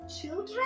children